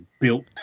built